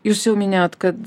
jūs jau minėjot kad